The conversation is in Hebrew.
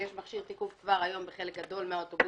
כי יש כבר היום מכשיר תיקוף בחלק גדול מן האוטובוסים,